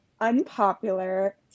unpopular